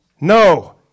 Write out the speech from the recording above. No